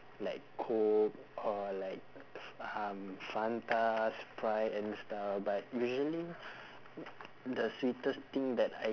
like coke or like f~ um fanta sprite and stuff but usually the sweetest thing that I